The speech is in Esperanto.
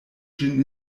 ĝin